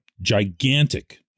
gigantic